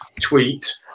tweet